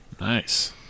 Nice